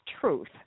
truth